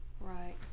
Right